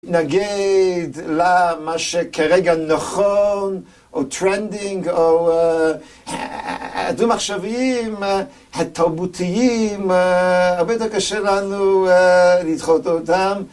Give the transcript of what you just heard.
נגיד למה שכרגע נכון, או טרנדינג, או דו-מחשביים התרבותיים, הרבה יותר קשה לנו לדחות אותם.